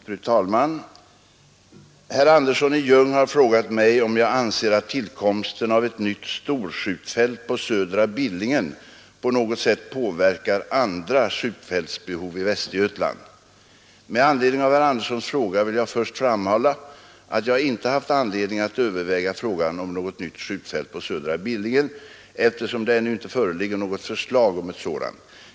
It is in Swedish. Fru talman! Herr Andersson i Ljung har frågat mig om jag anser att tillkomsten av ett nytt storskjutfält på Södra Billingen på något sätt påverkar andra skjutfältsbehov i Västergötland. Med anledning av herr Anderssons fråga vill jag först framhålla att jag inte haft anledning att överväga frågan om något nytt skjutfält på Södra Billingen eftersom det ännu inte föreligger något förslag om ett sådant.